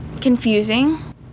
confusing